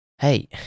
Hey